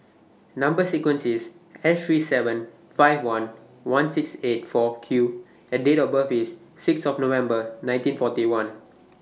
Number sequence IS S three seven five one one six eight four Q and Date of birth IS six of November nineteen forty one